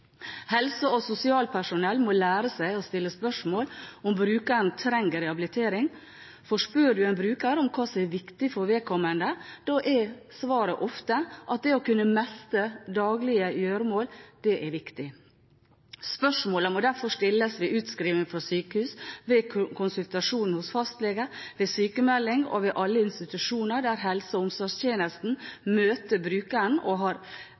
Helse- og sosialpersonell må lære seg å stille spørsmål om hvorvidt brukeren trenger rehabilitering, for spør man en bruker om hva som er viktig for vedkommende, er svaret ofte at det å kunne mestre daglige gjøremål er viktig. Spørsmålene må derfor stilles ved utskrivning fra sykehus, ved konsultasjoner hos fastlegen, ved sykmelding og ved alle institusjoner der helse- og omsorgstjenesten møter brukere som har